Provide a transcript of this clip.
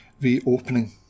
reopening